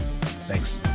Thanks